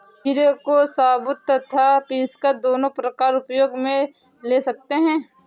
जीरे को साबुत तथा पीसकर दोनों प्रकार उपयोग मे ले सकते हैं